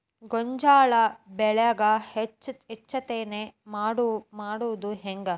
ಗೋಂಜಾಳ ಬೆಳ್ಯಾಗ ಹೆಚ್ಚತೆನೆ ಮಾಡುದ ಹೆಂಗ್?